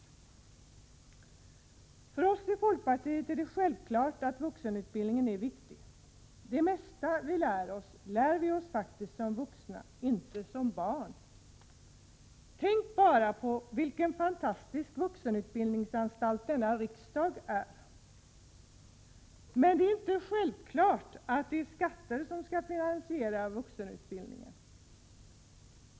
För oss i folkpartiet är det självklart att vuxenutbildningen är viktig. Det mesta som vi lär oss lär vi ju faktiskt som vuxna, inte som barn. Tänk bara vilken fantastisk vuxenutbildningsanstalt denna riksdag är! Men det är inte självklart att det är skatter som skall finansiera vuxenutbildningen.